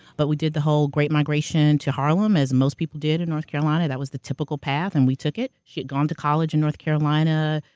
but we did the whole great migration to harlem, as most people did in north carolina, that was the typical path and we took it. she had gone to college in north carolina,